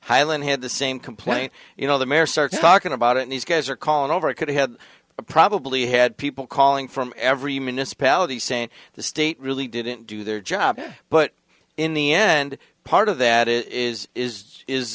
hyland had the same complaint you know the mayor starts talking about it these guys are calling over it could have probably had people calling from every municipality saying the state really didn't do their job but in the end part of that is is is i